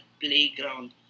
playground